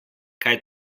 kaj